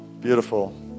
beautiful